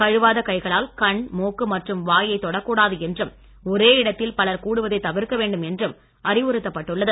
கழுவாத கைகளால் கண் மூக்கு மற்றும் வாயை தொடக் கூடாது என்றும் ஒரே இடத்தில் பலர் கூடுவதை தவிர்க்க வேண்டும் என்றும் அறிவுறுத்தப்பட்டுள்ளது